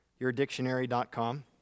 yourdictionary.com